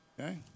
Okay